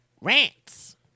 rants